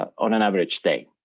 on an average day.